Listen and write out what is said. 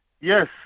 Yes